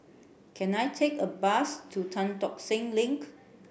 can I take a bus to Tan Tock Seng Link